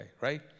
right